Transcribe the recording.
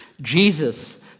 Jesus